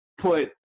put